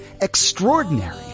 extraordinary